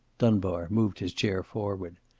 dunbar moved his chair forward.